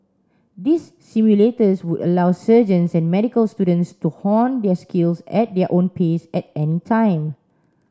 these simulators would allow surgeons and medical students to hone their skills at their own pace at any time